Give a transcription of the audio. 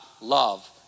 love